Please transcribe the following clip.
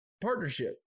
partnership